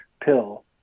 pill